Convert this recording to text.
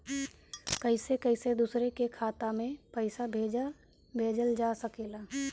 कईसे कईसे दूसरे के खाता में पईसा भेजल जा सकेला?